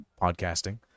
podcasting